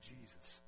Jesus